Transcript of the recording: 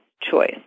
choice